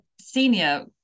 senior